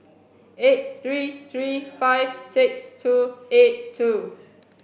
eight three three five six two eight two